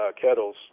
kettles